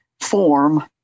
form